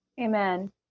amen